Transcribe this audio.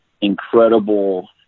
incredible